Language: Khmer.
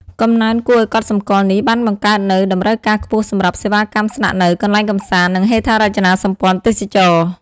កំណើនគួរឲ្យកត់សម្គាល់នេះបានបង្កើតនូវ តម្រូវការខ្ពស់សម្រាប់ សេវាកម្មស្នាក់នៅ កន្លែងកម្សាន្ត និងហេដ្ឋារចនាសម្ព័ន្ធទេសចរណ៍។